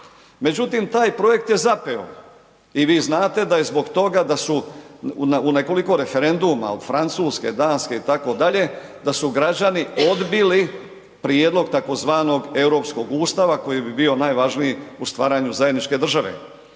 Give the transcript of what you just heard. Međutim, taj projekt je zapeo i vi znate da je zbog toga da su u nekoliko referenduma od Francuske, Danske itd., da su građani odbili prijedlog tzv. europskog ustava koji bi bio najvažniji u stvaranju zajedničke države.